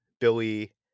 Billy